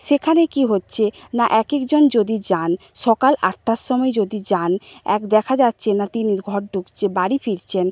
সেখানে কী হচ্ছে না এক একজন যদি যান সকাল আটটার সময়ে যদি যান এক দেখা যাচ্ছে না তিনি ঘর ঢুকছে বাড়ি ফিরছেন